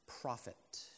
profit